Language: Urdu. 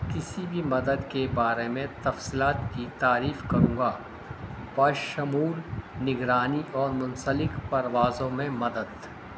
کسی بھی مدد کے بارے میں تفصیلات کی تعریف کروں گا بشمول نگرانی اور منسلک پروازوں میں مدد